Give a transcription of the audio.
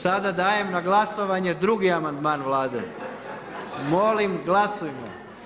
Sada dajem na glasovanje drugi amandman Vlade, molim glasujmo.